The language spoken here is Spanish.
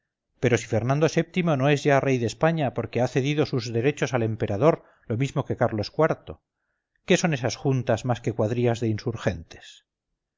pero si fernando vii no es ya rey de españa porque ha cedido sus derechos al emperador lo mismo que carlos iv qué son esas juntas más que cuadrillas de insurgentes